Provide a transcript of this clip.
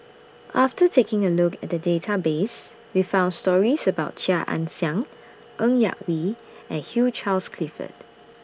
after taking A Look At The Database We found stories about Chia Ann Siang Ng Yak Whee and Hugh Charles Clifford